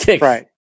Right